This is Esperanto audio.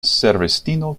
servistino